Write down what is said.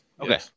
Okay